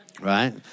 right